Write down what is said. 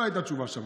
לא הייתה שם תשובה.